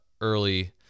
early